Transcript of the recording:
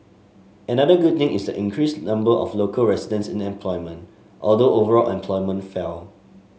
another good thing is the increased number of local residents in employment although overall employment fell